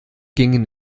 gingen